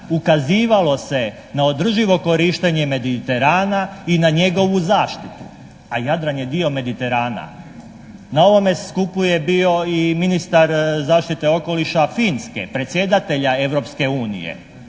ukazivalo se na održivo korištenje Mediterana i na njegovu zaštitu, a Jadran je dio Mediterana. Na ovome skupu je bio i ministar zaštite okoliša Finske, predsjedatelja Europske unije.